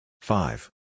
Five